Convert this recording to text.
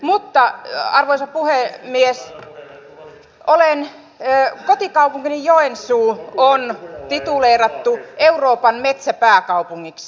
mutta arvoisa puhemies kotikaupunkiani joensuuta on tituleerattu euroopan metsäpääkaupungiksi